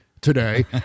today